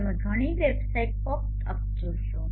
તમે ઘણી websites popped up જોશો